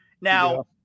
Now